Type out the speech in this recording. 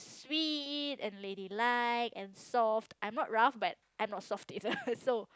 sweet and lady like and soft I'm not rough but I'm not soft either so